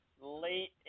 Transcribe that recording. late